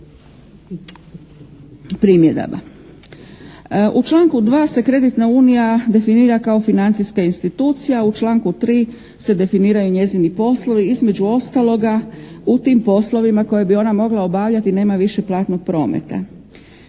U članku 2. se kreditna unija definira kao financijska institucija. U članku 3. se definiraju njezini poslovi između ostaloga u tim poslovima koje bi ona mogla obavljati nema više platnog prometa.